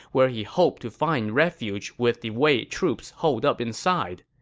where he hoped to find refuge with the wei troops holed up inside.